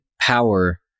power